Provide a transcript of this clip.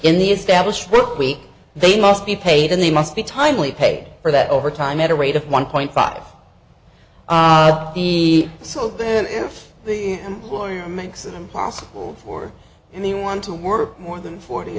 in the established work week they must be paid and they must be timely paid for that overtime at a rate of one point five b so then if the employer makes it impossible for anyone to work more than forty